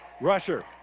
Rusher